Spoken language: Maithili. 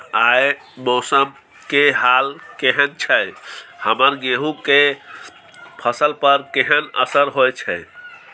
आय मौसम के हाल केहन छै हमर गेहूं के फसल पर केहन असर होय छै?